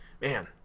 man